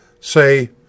say